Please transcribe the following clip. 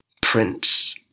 Prince